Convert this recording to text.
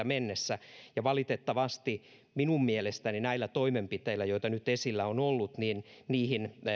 mennessä ja valitettavasti minun mielestäni näillä toimenpiteillä joita nyt esillä on ollut niihin